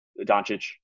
Doncic